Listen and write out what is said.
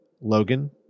Logan